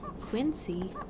Quincy